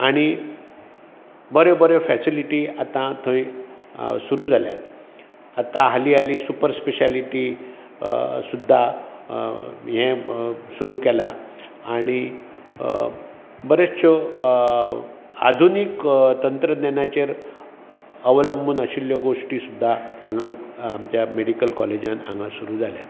आनी बऱ्यो बऱ्यो फेसिलीटी आतां थंय सुरू जाल्या आतां हालीं हालीं सुपर स्पेशालिटी सुद्दां यें सुरू केलां आणी बरेंचश्यो आधुनीक तंत्तज्ञानाचेर अवलंबून आशिल्ल्यो गोश्टी सुद्दां हांगा आमच्या मेडिकल काॅलेंजान हांगा सुरू जाल्या